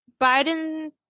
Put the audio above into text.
Biden